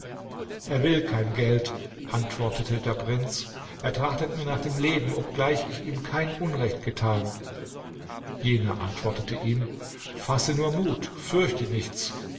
er will kein geld antwortete der prinz er trachtet mir nach dem leben obgleich ich ihm kein unrecht getan jener antwortete ihm fasse nur mut fürchte nichts